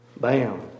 Bam